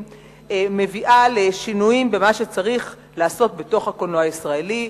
מביאה לשינויים במה שצריך לעשות בתוך הקולנוע הישראלי,